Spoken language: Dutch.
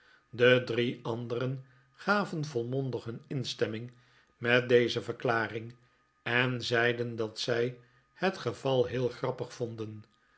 de drie anderen gaven volmo ndig hun instemming met deze verklaring en zeiden dat zij het geval heel grappig vonden